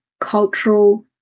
cultural